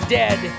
dead